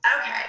Okay